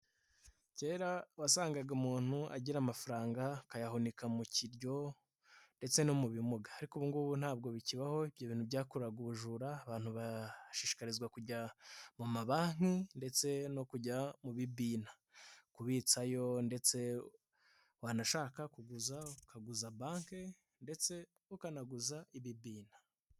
Kera wasangaga umuntu agira amafaranga akayahunika mu kiryo ndetse no mu bimuga, ariko ubu ngubu ntabwo bikibaho, ibyo bintu byakururaga ubujura, abantu bashishikarizwa kujya mu mabanki ndetse no kujya mu bibina kubitsayo ndetse wanashaka kuguza ukaguza banke ndetse ukanaguza ibibina.